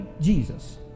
Jesus